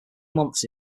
months